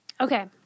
okay